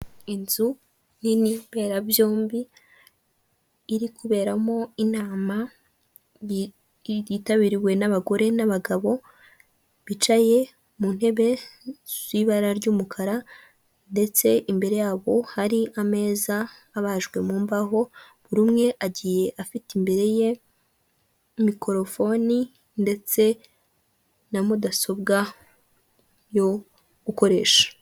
Inzu nini mberabyombi iri kuberamo inama yitabiriwe n'abagore n'abagabo, bicaye mu ntebe z'ibara ry'umukara ndetse imbere yabo hari ameza abajwe mu mbaho, buri umwe agiye afite imbere ye mikorofone ndetse na mudasobwa yo gukoresha.